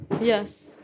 Yes